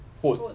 food